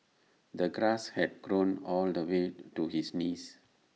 the grass had grown all the way to his knees